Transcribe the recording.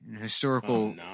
historical